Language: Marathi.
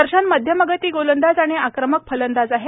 दर्शन मध्यमगती गोलंदाज आणि आक्रमक फलंदाज आहे